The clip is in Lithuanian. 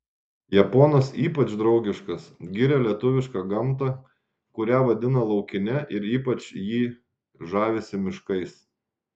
japonas ypač draugiškas giria lietuvišką gamtą kurią vadina laukine ir ypač jį žavisi miškais